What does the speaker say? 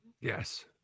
Yes